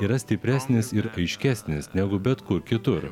yra stipresnis ir aiškesnis negu bet kur kitur